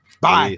Bye